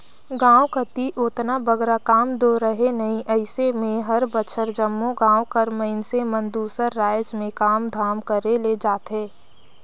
गाँव कती ओतना बगरा काम दो रहें नई अइसे में हर बछर जम्मो गाँव कर मइनसे मन दूसर राएज में काम धाम करे ले जाथें